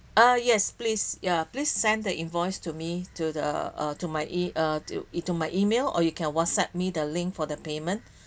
ah yes please ya please send the invoice to me to the uh to my uh to my email or you can whatsapp me the link for the payment